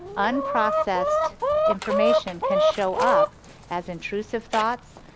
unprocessed information can show up as intrusive thoughts,